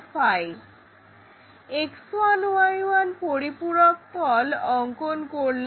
X1Y1 পরিপূরক তল অংকন করলাম